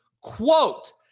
Quote